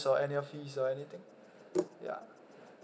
or annual fees or anything ya